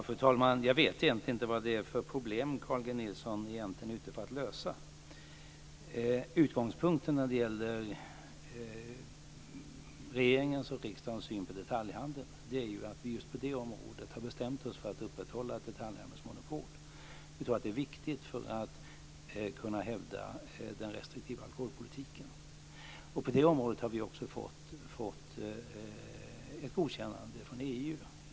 Fru talman! Jag vet inte vad det är för problem som Carl G Nilsson egentligen är ute efter att lösa. Utgångspunkten när det gäller regeringens och riksdagens syn på detaljhandeln är att vi just på det området har bestämt oss för att upprätthålla ett detaljhandelsmonopol. Vi tror att det är viktigt för att kunna hävda den restriktiva alkoholpolitiken. På det området har vi också fått ett godkännande från EU.